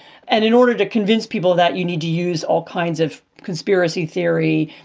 and in order to convince people that you need to use all kinds of conspiracy theory,